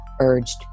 urged